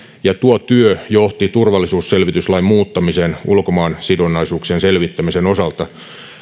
ja tuo työ johti turvallisuusselvityslain muuttamiseen ulkomaansidonnaisuuksien selvittämisen osalta